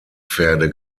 pferde